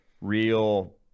real